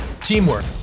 teamwork